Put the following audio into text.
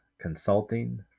Consulting